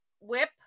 whip